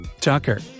Tucker